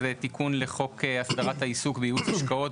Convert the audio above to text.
הוא תיקון לחוק הסדרת העיסוק בייעוץ השקעות,